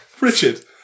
Richard